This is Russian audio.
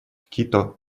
кито